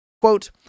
Quote